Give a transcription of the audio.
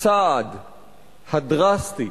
הצעד הדרסטי